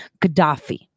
Gaddafi